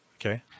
Okay